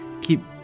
keep